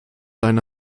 eine